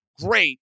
great